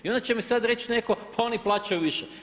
I onda će mi sada reći netko pa oni plaćaju više.